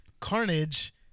Carnage